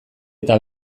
eta